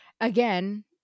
again